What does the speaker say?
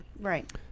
Right